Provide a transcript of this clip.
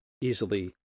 easily